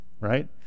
right